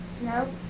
No